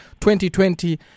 2020